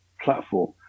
platform